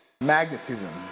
Magnetism